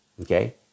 Okay